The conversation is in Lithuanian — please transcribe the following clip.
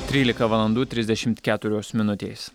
trylika valandų trisdešimt keturios minutės